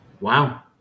Wow